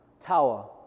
tower